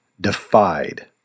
defied